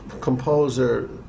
composer